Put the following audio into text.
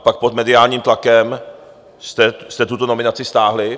Pak pod mediálním tlakem jste tuto nominaci stáhli.